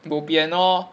bo bian lor